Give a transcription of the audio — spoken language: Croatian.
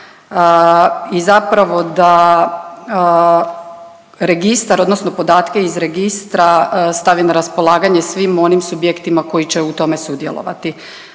I zapravo da registar, odnosno podatke iz registra stavi na raspolaganje svim onim subjektima koji će u tome sudjelovati